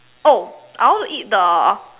oh I want to eat the